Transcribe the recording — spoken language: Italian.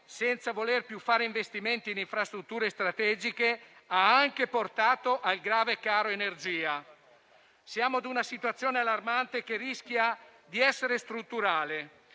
senza voler più fare investimenti in infrastrutture strategiche, ha anche portato al grave caro energia. Siamo a una situazione allarmante, che rischia di essere strutturale.